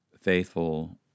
faithful